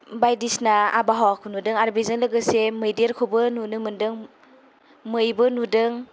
बायदिसिना आबहावाखौ नुदों आरो बेजों लोगोसे मैदेरखौबो नुनो मोनदों मैबो नुदों